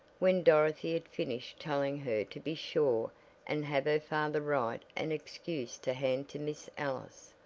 when dorothy had finished telling her to be sure and have her father write an excuse to hand to miss ellis.